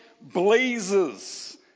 blazes